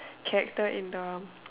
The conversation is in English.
character in the